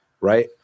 right